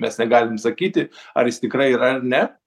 mes negalim sakyti ar jis tikrai yra ar ne